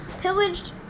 pillaged